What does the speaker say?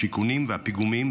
השיכונים והפיגומים,